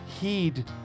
heed